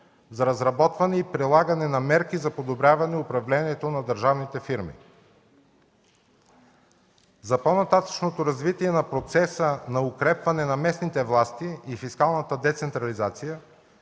за разработване и прилагане на мерки за подобряване управлението на държавните фирми. За по-нататъшното развитие на процеса на укрепване на местните власти и фискалната децентрализация